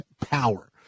power